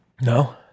No